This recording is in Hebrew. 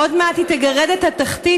עוד מעט מגרדת את התחתית.